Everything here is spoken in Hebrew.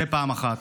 זה, פעם אחת.